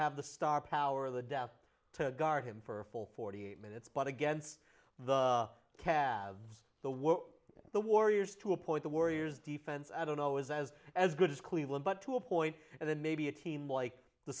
have the star power of the deaf to guard him for a full forty eight minutes but against the cavs the what the warriors to appoint the warriors defense i don't know is as as good as cleveland but to a point and then maybe a team like the